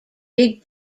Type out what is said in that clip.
big